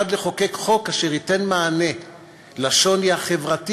כיצד לחוקק חוק אשר ייתן מענה לשוני החברתי